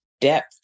depth